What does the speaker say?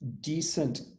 decent